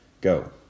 Go